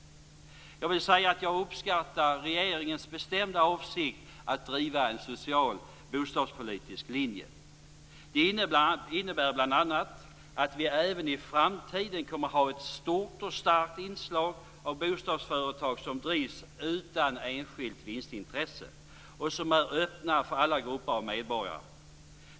Jag uppskattar regeringens bestämda avsikt att driva en social bostadspolitisk linje. Det innebär bl.a. att vi även i framtiden kommer att ha ett stort och starkt inslag av bostadsföretag som drivs utan enskilt vinstintresse och som är öppna för alla grupper av medborgare.